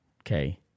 okay